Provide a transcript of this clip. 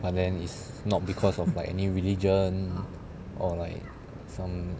but then is not because of like any religion or like some